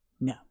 No